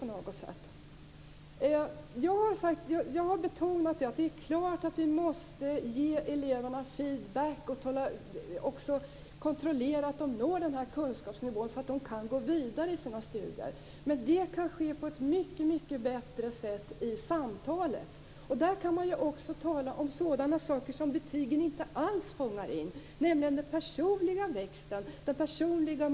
Jag har betonat att vi självfallet måste ge eleverna feedback och kontrollera att de når en viss kunskapsnivå så att de kan gå vidare i sina studier. Men detta kan ske på ett mycket bättre sätt i samtalet. Där kan man också tala om sådana saker som betygen inte alls fångar in, nämligen den personliga tillväxten och mognaden.